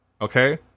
Okay